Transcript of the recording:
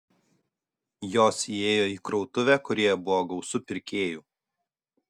jos įėjo į krautuvę kurioje buvo gausu pirkėjų